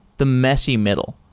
the messy middle.